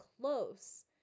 close